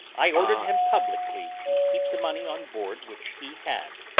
i ordered him publicly to keep the money on board which he had,